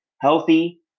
healthy